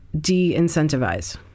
de-incentivize